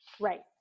right